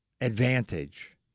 advantage